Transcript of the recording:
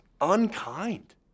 unkind